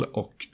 och